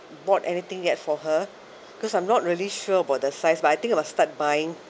bought anything yet for her cause I'm not really sure about the size but I think I will start buying